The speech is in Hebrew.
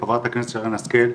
חברת הכנסת שרן השכל.